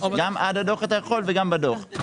גם עד הדוח אתה יכול וגם בדוח.